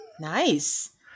Nice